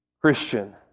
Christian